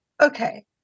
Okay